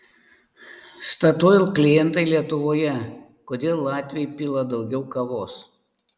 statoil klientai lietuvoje kodėl latviai pila daugiau kavos